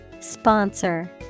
Sponsor